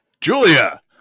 Julia